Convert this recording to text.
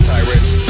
Tyrants